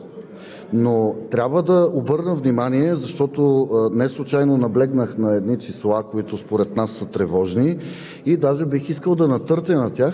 Уважаеми господин Председател, уважаеми дами и господа народни представители! Уважаеми господин Танев, с голяма част от Вашето изказване ще се съглася и Ви благодаря за коректния тон.